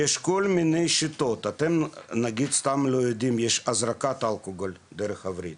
יש כל מיני שיטות, יש הזרקת אלכוהול דרך הווריד,